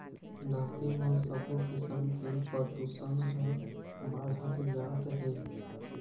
धरती म सबो किसम के परदूसन ह बाढ़त जात हे